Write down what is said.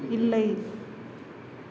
இல்லை